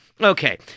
Okay